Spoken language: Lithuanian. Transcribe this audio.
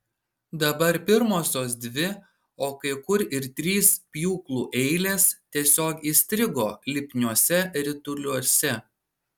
dabar pirmosios dvi o kai kur ir trys pjūklų eilės tiesiog įstrigo lipniuose rituliuose